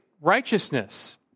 righteousness